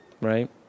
right